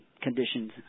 conditions